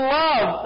love